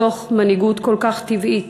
מתוך מנהיגות כל כך טבעית.